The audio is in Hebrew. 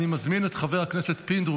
ותיכנס לספר החוקים.